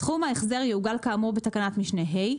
סכום ההחזר יעוגל כאמור בתקנת משנה (ה).